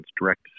direct